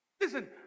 Listen